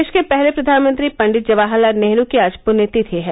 देश के पहले प्रधानमंत्री पंडित जवाहर लाल नेहरू की आज पृण्यतिथि है